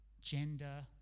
gender